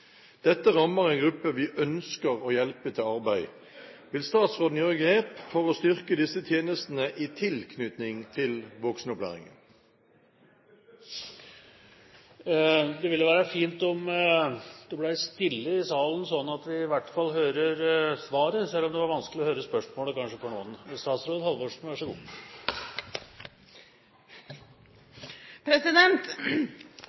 Dette rammer en gruppe vi ønsker å hjelpe til arbeid. Vil statsråden gjøre grep for å styrke disse tjenestene i tilknytning til voksenopplæringen?» Det ville være fint om det ble stille i salen slik at vi i hvert fall hører svaret, selv om det kanskje var vanskelig for noen å høre spørsmålet.